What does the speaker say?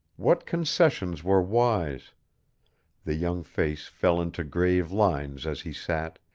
what concessions were wise the young face fell into grave lines as he sat,